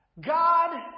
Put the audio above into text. God